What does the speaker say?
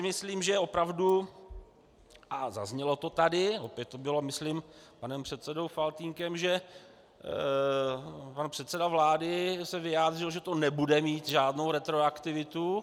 Myslím si, že opravdu, a zaznělo to tady, opět to bylo myslím panem předsedou Faltýnkem, že pan předseda vlády se vyjádřil, že to nebude mít žádnou retroaktivitu.